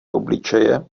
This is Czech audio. obličeje